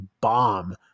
bomb